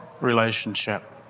relationship